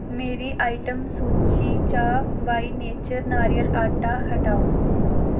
मेरी आइटम सूची चा बाई नेचर नारियल आटा हटाओ